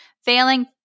failing